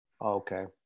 Okay